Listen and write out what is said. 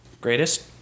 greatest